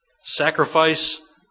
sacrifice